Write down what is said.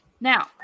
Now